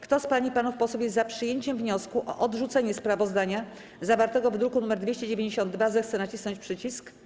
Kto z pań i panów posłów jest za przyjęciem wniosku o odrzucenie sprawozdania zawartego w druku nr 292, zechce nacisnąć przycisk.